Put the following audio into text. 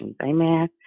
amen